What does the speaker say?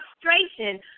frustration